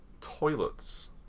toilets